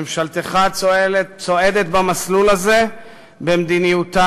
ממשלתך צועדת במסלול הזה במדיניותה,